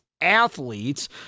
Athletes